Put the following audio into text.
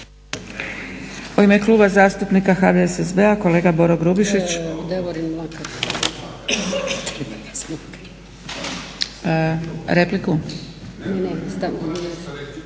U ime Kluba zastupnika HDSSB-a kolega Boro Grubišić. Repliku? … /Upadica